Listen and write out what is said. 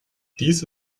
dies